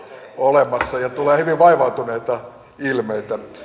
olemassa ja tulee hyvin vaivautuneita ilmeitä